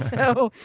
so.